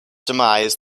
demise